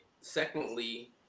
Secondly